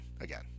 again